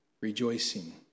rejoicing